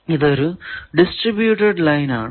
ഇതൊരു distributed line ആണ്